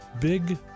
big